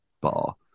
bar